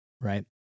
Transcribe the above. right